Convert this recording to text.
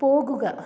പോകുക